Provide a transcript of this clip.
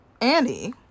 Annie